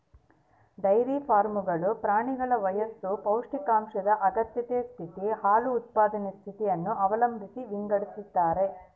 dairy ಫಾರ್ಮ್ಗಳು ಪ್ರಾಣಿಗಳ ವಯಸ್ಸು ಪೌಷ್ಟಿಕಾಂಶದ ಅಗತ್ಯತೆ ಸ್ಥಿತಿ, ಹಾಲು ಉತ್ಪಾದನೆಯ ಸ್ಥಿತಿಯನ್ನು ಅವಲಂಬಿಸಿ ವಿಂಗಡಿಸತಾರ